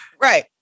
Right